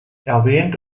erwähnt